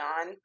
on